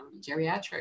geriatric